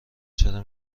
چرا